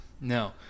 No